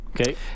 Okay